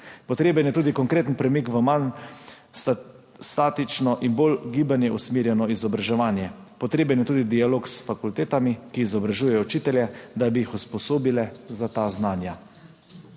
Potreben je tudi konkreten premik v manj statično in bolj v gibanje usmerjeno izobraževanje. Potreben je tudi dialog s fakultetami, ki izobražujejo učitelje, da bi jih usposobile za ta znanja.